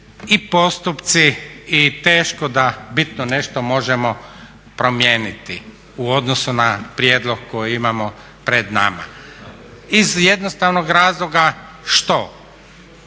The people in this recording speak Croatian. i postupci i teško da bitno nešto možemo promijeniti u odnosu na prijedlog koji imaju pred nama iz jednostavnog razloga što